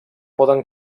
poden